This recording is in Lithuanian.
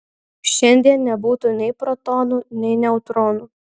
šiandien nebūtų nei protonų nei neutronų